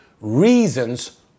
reasons